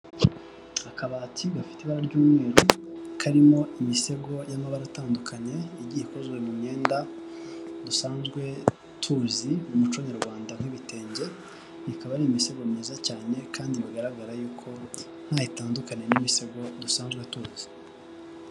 Akabati ga bafite iba ry'umweru karimo imisego y'amabara atandukanye igiye, ikozwe mu myenda dusanzwe tuzi mu muco nyarwanda nk'ibitenge, ikaba ari imisego myiza cyane kandi bigaragara yuko ntaho itandukan n'ibisego dusanzwe a tuzi.